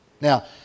Now